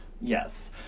Yes